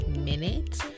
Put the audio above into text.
minute